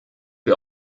wir